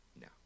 No